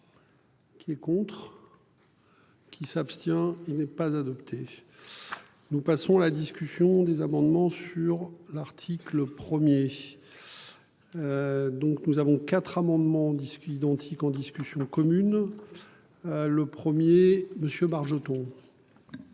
Qui est contre. Qui s'abstient. Il n'est pas adopté. Nous passons la discussion des amendements sur l'article 1er. Donc nous avons quatre amendements discutés identique en discussion commune. Le premier monsieur Bargeton.